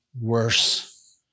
worse